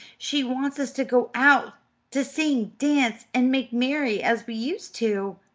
she wants us to go out to sing, dance, and make merry as we used to.